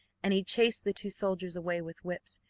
and he chased the two soldiers away with whips,